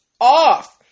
off